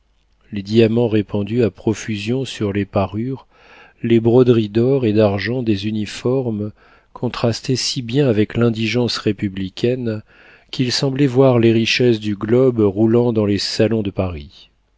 les diamants répandus à profusion sur les parures les broderies d'or et d'argent des uniformes contrastaient si bien avec l'indigence républicaine qu'il semblait voir les richesses du globe roulant dans les salons de paris